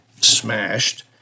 smashed